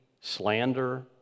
slander